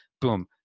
Boom